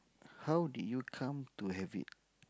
how did you come to have it